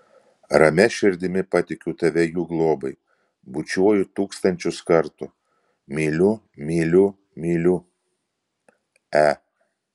ramia širdimi patikiu tave jų globai bučiuoju tūkstančius kartų myliu myliu myliu e